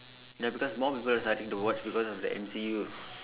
now because more people are starting to watch because of the M_C_U